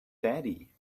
daddy